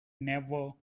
never